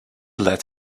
let